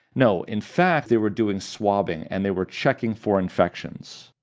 no, in fact they were doing swabbing and they were checking for infections.